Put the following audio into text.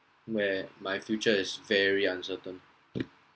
where my future is very uncertain